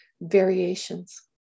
variations